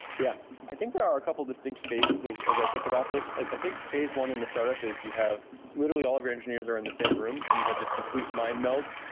yeah. i think there are a couple of distinct phases as as i think about this. i think phase one in the startup as you have literally all of your engineers are in the same room and you have just complete mind meld.